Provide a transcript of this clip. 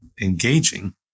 engaging